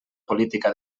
política